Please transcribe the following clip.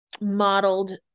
modeled